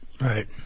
Right